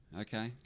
Okay